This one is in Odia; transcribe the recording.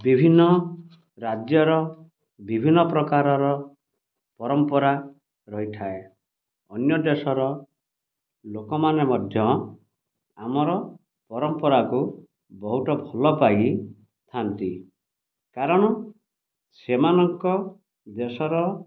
ବିଭିନ୍ନ ରାଜ୍ୟର ବିଭିନ୍ନ ପ୍ରକାରର ପରମ୍ପରା ରହିଥାଏ ଅନ୍ୟ ଦେଶର ଲୋକମାନେ ମଧ୍ୟ ଆମର ପରମ୍ପରାକୁ ବହୁତ ଭଲ ପାଇଥାନ୍ତି କାରଣ ସେମାନଙ୍କ ଦେଶର